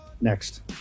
next